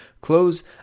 close